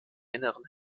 inneren